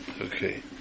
Okay